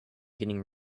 getting